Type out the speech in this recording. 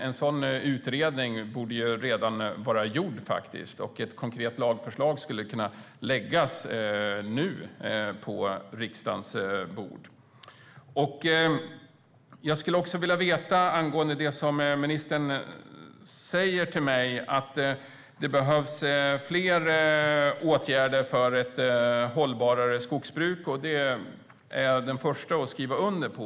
En sådan utredning borde ju redan vara gjord så att ett konkret lagförslag nu hade kunnat läggas på riksdagens bord. Ministern säger att det behövs flera åtgärder för ett hållbarare skogsbruk. Det är jag den förste att skriva under på.